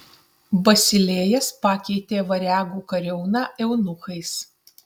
basilėjas pakeitė variagų kariauną eunuchais